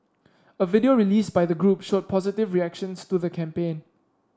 a video released by the group showed positive reactions to the campaign